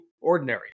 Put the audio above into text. ordinary